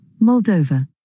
Moldova